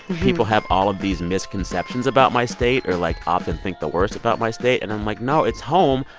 people have all of these misconceptions about my state or, like, often think the worst about my state. and i'm like, no, it's home.